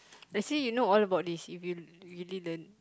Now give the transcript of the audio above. they see you know all about this if you really learn